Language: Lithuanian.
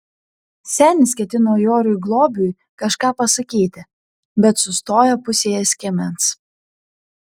senis ketino joriui globiui kažką pasakyti bet sustojo pusėje skiemens